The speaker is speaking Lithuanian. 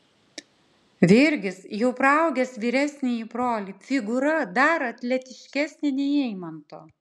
virgis jau praaugęs vyresnįjį brolį figūra dar atletiškesnė nei eimanto